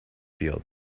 field